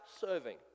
serving